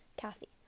Kathy